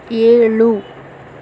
ஏழு